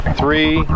three